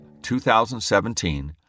2017